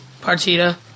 Partita